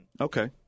okay